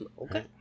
Okay